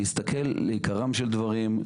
להסתכל לעיקרם של דברים,